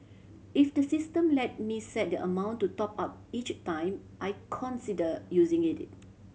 if the system let me set the amount to top up each time I consider using it it